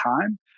time